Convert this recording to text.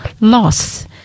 loss